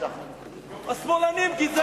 השמאלנים גזענים.